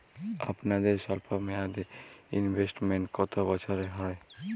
আপনাদের স্বল্পমেয়াদে ইনভেস্টমেন্ট কতো বছরের হয়?